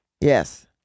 Yes